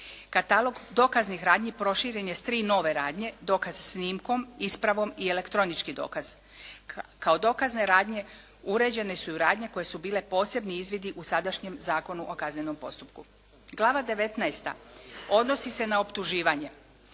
Katalog dokaznih radnji proširen je s tri nove radnje; dokaz snimkom, ispravom i elektronički dokaz. Kao dokazne radnje uređene su i radnje koje su bile posebni izvidi u sadašnjem Zakonu o kaznenom postupku. Glava 19. odnosi se na optuživanje.